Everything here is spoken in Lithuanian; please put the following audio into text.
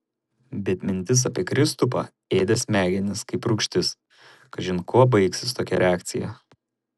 bet mintis apie kristupą ėdė smegenis kaip rūgštis kažin kuo baigsis tokia reakcija